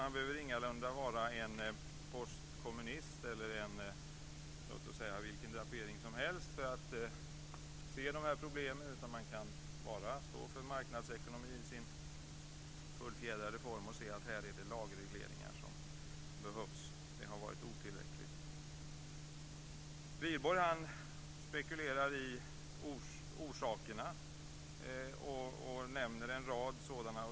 Man behöver ingalunda vara en postkommunist eller ha vilken drapering som helst för att se de här problemen, utan man kan bara stå för marknadsekonomi i sin fullfjädrade form för att se att här är det lagregleringar som behövs - det har varit otillräckligt. Wihlborg spekulerar i orsakerna och nämner en rad sådana.